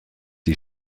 die